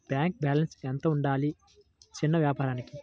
Bank balance ఎంత ఉండాలి చిన్న వ్యాపారానికి?